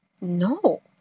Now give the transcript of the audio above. No